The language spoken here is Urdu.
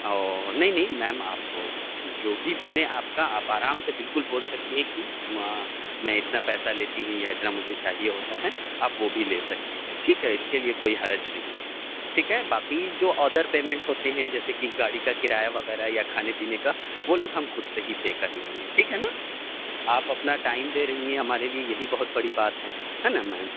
او نہیں نہیں میم آپ جو بھی بنے آپ کا آپ آرام سے بالکل بول سکتی ہیں کہ میں اتنا پیسہ لیتی ہوں یا اتنا مجھے چاہیے ہوتا ہے آپ وہ بھی لے سکتی ہیں ٹھیک ہے اس کے لیے کوئی حرج نہیں ہے ٹھیک ہے باقی جو آدر پیمنٹ ہوتے ہیں جیسے کہ گاڑی کا کرایہ وغیرہ یا کھانے پینے کا وہ لوگ ہم خود سے ہی پے کر لیں گے ٹھیک ہے نا آپ اپنا ٹائم دے رہی ہیں ہمارے لیے یہی بہت بڑی بات ہے ہے نا میم